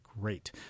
great